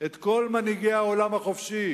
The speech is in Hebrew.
את כל מנהיגי העולם החופשי